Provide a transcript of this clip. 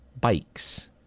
bikes